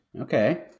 Okay